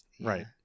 Right